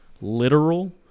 literal